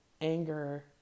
anger